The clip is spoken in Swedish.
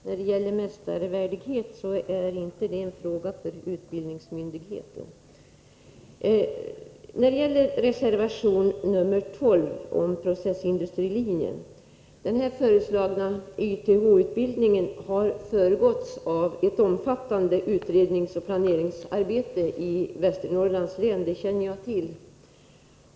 Herr talman! Mästarvärdighet är inte en fråga för utbildningsmyndigheten. Den i reservation 12 behandlade processindustrilinjen är en YTH utbildning som har föregåtts av ett omfattande utredningsoch planeringsarbete i Västernorrlands län. Jag känner till det.